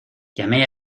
llamé